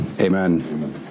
Amen